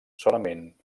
solament